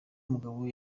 mugabo